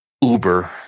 Uber